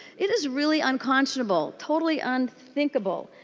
it is really unconscionable totally unthinkable.